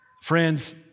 Friends